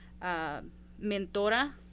mentora